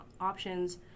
options